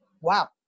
Wow